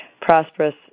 prosperous